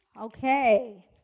Okay